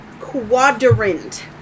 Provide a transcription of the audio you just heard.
Quadrant